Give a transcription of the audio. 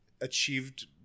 achieved